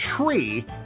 tree